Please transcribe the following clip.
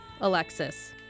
Alexis